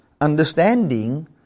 understanding